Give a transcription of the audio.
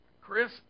Chris